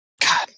God